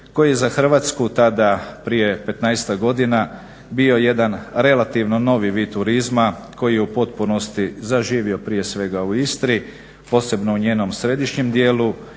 koji za Hrvatsku tada prije 15-tak godina bio jedan relativno novi vid turizma koji u potpunosti zaživio prije svega u Istri, posebno u njenom središnjem dijelu